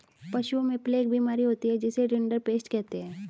पशुओं में प्लेग बीमारी होती है जिसे रिंडरपेस्ट कहते हैं